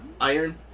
iron